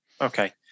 Okay